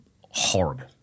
horrible